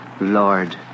Lord